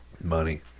money